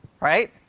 Right